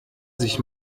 sich